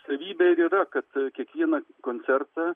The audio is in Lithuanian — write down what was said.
savybė ir yra kad kiekvieną koncertą